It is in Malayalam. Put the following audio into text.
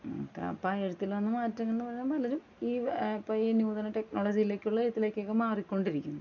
അപ്പം ആ എഴുത്തിൽ വന്ന മാറ്റങ്ങളെന്ന് പറഞ്ഞാൽ പലരും ഈ അപ്പം നൂതന ടെക്നോളജിയിലേക്കുള്ള എഴുത്തിലേക്കൊക്കെ മാറി കൊണ്ടിരിക്കുന്നു